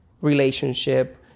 relationship